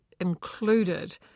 included